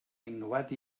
innovat